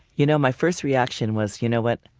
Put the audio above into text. you know my first reaction was, you know what?